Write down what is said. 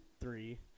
three